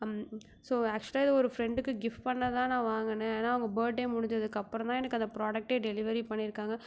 so அக்சுவலாக இதை ஒரு ஃப்ரண்டுக்கு கிஃப்ட் பண்ணதான் நான் வாங்கினேன் ஆனால் அவங்க பர்டே முடிஞ்சதுக்கப்றம் தான் எனக்கு அந்த ப்ராடக்ட்டே டெலிவரியே பண்ணியிருக்காங்க